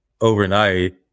overnight